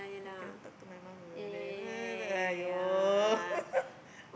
you cannot talk to my mom like that you know !aiyo!